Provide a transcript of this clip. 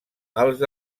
els